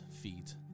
feet